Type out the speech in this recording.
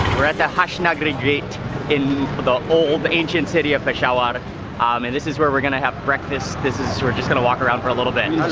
we're at the hashtnagri gate in the old, ancient city of peshawar but and this is where we're gonna have breakfast. this is, we're just gonna walk around for a little bit.